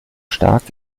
stark